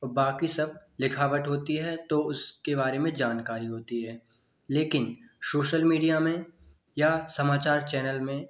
और बाकि सब लिखावट होती है तो उसके बारे में जानकारी होती है लेकिन सोशल मीडिया में या समाचार चैनल में